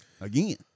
again